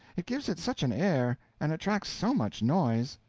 it gives it such an air and attracts so much noise.